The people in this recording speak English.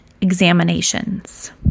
examinations